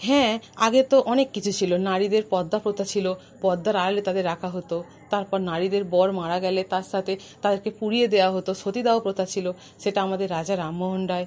হ্যাঁ আগে তো অনেক কিছু ছিল নারীদের পর্দা প্রথা ছিলো পর্দার আড়ালে তাদের রাখা হতো তারপর নারীদের বর মারা গেলে তার সাথে তাদেরকে পুড়িয়ে দেয়া হতো সতীদাহ প্রথা ছিল সেটা আমাদের রাজা রামমোহন রায়